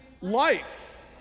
life